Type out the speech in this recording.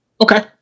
okay